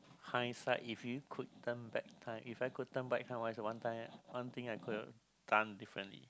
high side if you could turn back time if I could turn back time what is the one time one thing I could done differently